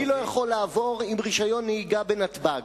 אני לא יכול לעבור עם רשיון נהיגה בנתב"ג.